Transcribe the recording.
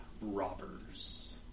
Robbers